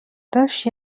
داشت